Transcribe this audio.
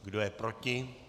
Kdo je proti?